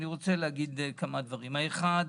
אני רוצה לומר כמה דברים: ראשית,